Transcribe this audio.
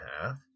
half